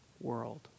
world